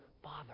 Father